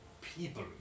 people